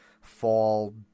fall